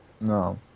No